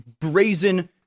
brazen